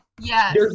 Yes